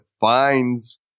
finds